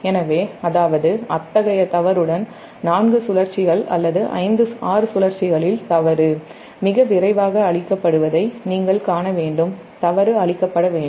எனவே அத்தகைய தவறுடன் 4 சுழற்சிகள் அல்லது 6 சுழற்சிகளில் தவறு மிக விரைவாக அழிக்கப்படுவதை நீங்கள் காண வேண்டும்தவறு அழிக்கப்பட வேண்டும்